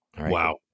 Wow